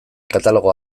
katalogo